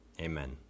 Amen